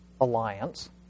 alliance